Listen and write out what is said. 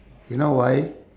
you know why